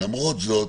למרות זאת,